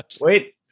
Wait